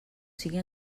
sigui